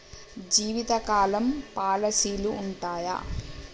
జీవితకాలం పాలసీలు ఉంటయా?